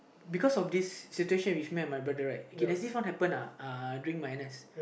because of this situation with my brother lah okay this is what happened [lah]uhdring my N_S